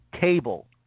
table